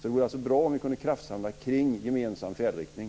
Det vore alltså bra om vi kunde kraftsamla kring en gemensam färdriktning.